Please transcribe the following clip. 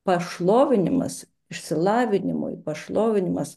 pašlovinimas išsilavinimui pašlovinimas